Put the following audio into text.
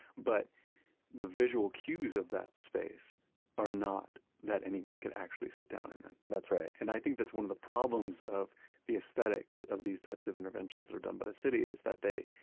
but the visual cues of that space are not that anyone could actually sit down and at that's right and i think that's one of the problems of the aesthetics of these types of interventions that are done by the city is that they,